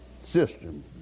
system